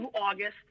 August